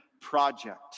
project